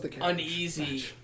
uneasy